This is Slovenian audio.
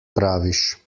praviš